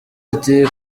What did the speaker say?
ati